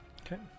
Okay